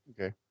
Okay